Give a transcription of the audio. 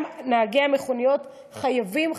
גם נהגי המכוניות חייבים,